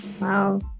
Wow